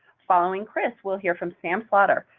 following chris, we'll hear from sam slaughter,